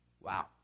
Wow